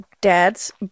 dad's